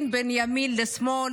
לשמאל,